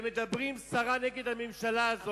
ומדברים סרה נגד הממשלה הזאת,